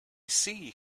see